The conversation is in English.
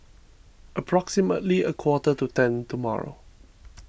approximately a quarter to ten tomorrow